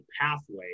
pathway